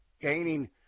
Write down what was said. gaining